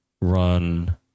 run